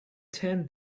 ten